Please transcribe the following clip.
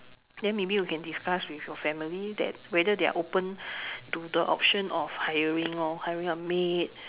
then maybe you can discuss with your family that whether they are open to the option of hiring lor hiring a maid